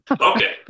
Okay